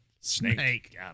Snake